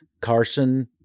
Carson